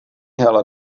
hele